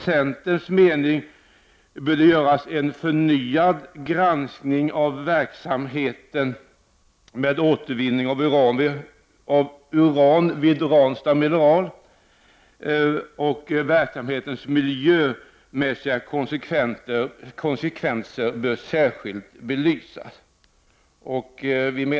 Det bör göras en förnyad granskning av verksamheten med återvinning av uran vid Ranstad Mineral, och verksamhetens miljömässiga konsekvenser bör i detta sammanhang särskilt belysas.